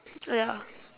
ya